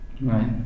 Right